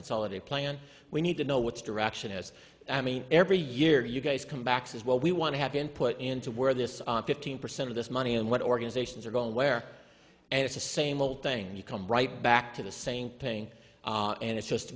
consolidate plan we need to know what's direction is i mean every year you guys come back says well we want to have input into where this on fifteen percent of this money and what organizations are going where and it's the same old thing and you come right back to the same paying and it's just